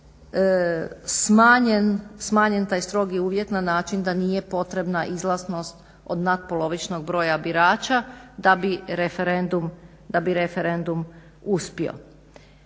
smanjen taj strogi uvjet na način da nije potrebna izlaznost natpolovičnog broja birača da bi referendumu uspio.